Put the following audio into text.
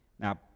Now